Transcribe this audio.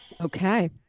Okay